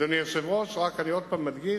אדוני היושב-ראש, אני עוד פעם מדגיש,